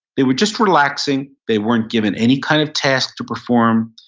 they were just relaxing. they weren't given any kind of task to perform.